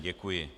Děkuji.